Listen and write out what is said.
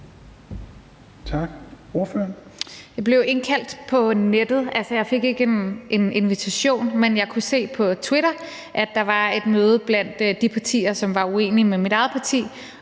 Jeg blev indkaldt på nettet. Altså, jeg fik ikke en invitation, men jeg kunne se på Twitter, at der var et møde blandt de partier, som var uenige med mit eget parti.